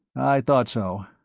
i thought so.